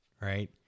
Right